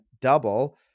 double